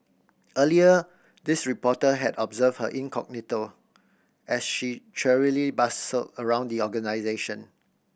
earlier this reporter had observed her incognito as she cheerily bustled around the organisation